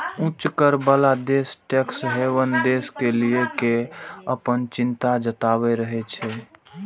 उच्च कर बला देश टैक्स हेवन देश कें लए कें अपन चिंता जताबैत रहै छै